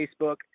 Facebook